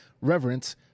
Reverence